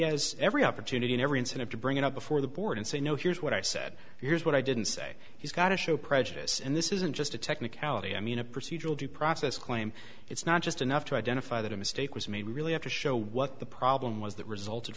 has every opportunity and every incentive to bring it up before the board and say no here's what i said here's what i didn't say he's got to show prejudice and this isn't just a technicality i mean a procedural due process claim it's not just enough to identify that a mistake was made we really have to show what the problem was that resulted